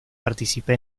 participe